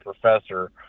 professor